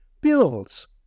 builds